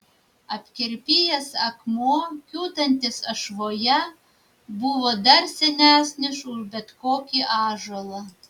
apkerpėjęs akmuo kiūtantis ašvoje buvo dar senesnis už bet kokį ąžuolą